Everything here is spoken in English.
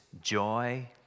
joy